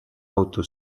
auto